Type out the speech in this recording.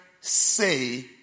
say